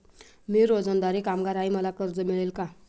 मी रोजंदारी कामगार आहे मला कर्ज मिळेल का?